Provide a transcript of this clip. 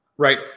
Right